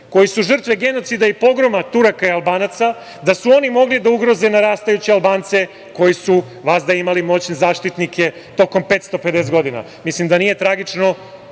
koji su žrtve genocida i pogroma Turaka i Albanaca, da su oni mogli da ugroze narastajuće Albance koji su vazda imali moćne zaštitnike tokom 550 godina. Mislim, da nije tragično,